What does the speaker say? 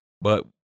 But-